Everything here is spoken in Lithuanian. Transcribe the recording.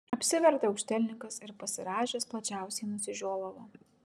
apsivertė aukštielninkas ir pasirąžęs plačiausiai nusižiovavo